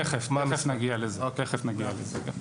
תכף נגיע לזה.